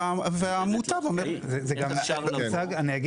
והמוטב אומר --- איך אפשר לבוא ולהטיל